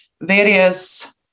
various